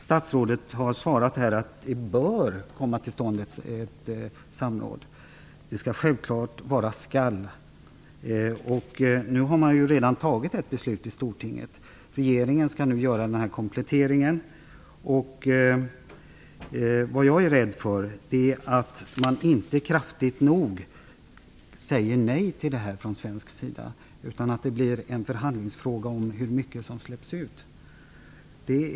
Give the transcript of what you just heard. Statsrådet har svarat att ett samråd bör komma till stånd. Det skall självfallet komma till stånd. Man har redan fattat ett beslut i Stortinget. Regeringen skall göra en komplettering. Jag är rädd för att man inte säger nej kraftigt nog från svensk sida, utan att det blir fråga om att förhandla om hur mycket som skall släppas ut.